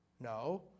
No